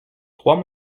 trois